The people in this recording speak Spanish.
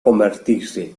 convertirse